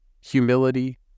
humility